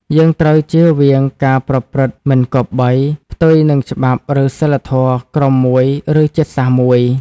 យើងត្រូវជៀសវាងការប្រព្រឹត្តមិនគប្បី ផ្ទុយនឹងច្បាប់ឬសីលធម៌ក្រុមមួយឬជាតិសាសន៍មួយ ។